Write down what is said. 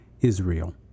Israel